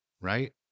right